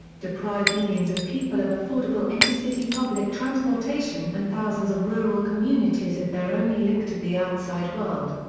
deprive millions of people of affordable intercity public transportation and thousands of rural communities of their only link to the outside world.